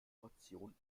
portion